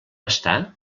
està